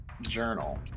journal